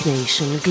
Nation